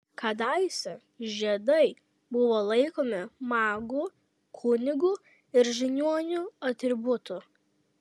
kadaise žiedai buvo laikomi magų kunigų ir žiniuonių atributu